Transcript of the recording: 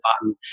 button